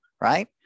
right